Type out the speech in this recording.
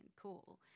cool